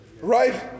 right